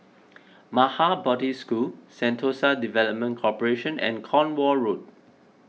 Maha Bodhi School Sentosa Development Corporation and Cornwall Road